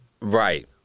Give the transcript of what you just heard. right